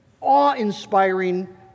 awe-inspiring